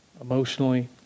emotionally